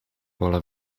pola